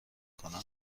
کنم